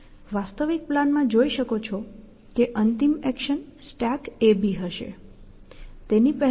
forward search ની સારી વિશેષતા એ છે કે તે સાઉન્ડ છે જે કંઈપણ એક્શન્સનો ક્રમ ઉત્પન્ન કરે છે તે વેલીડ પ્લાન્સ છે કારણ કે ઍપ્લિકેબીલીટી ટેસ્ટ સાઉન્ડ છે